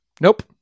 nope